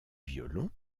violon